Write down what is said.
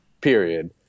period